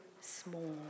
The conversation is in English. small